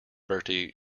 bertie